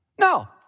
no